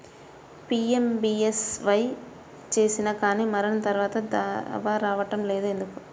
PMBSY చేసినా కానీ మరణం తర్వాత దావా రావటం లేదు ఎందుకు?